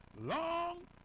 long